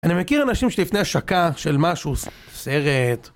אני מכיר אנשים שלפני השקה של משהו, סרט.